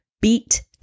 Beat